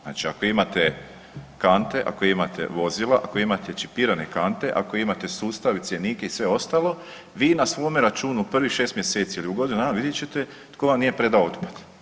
Znači ako imate kante, ako imate vozila, ako imate čipirane kante, ako imate sustav i cjenik i sve ostalo vi na svome računu prvih 6 mjeseci ili u godinu dana vidjet ćete tko vam nije predao otpad.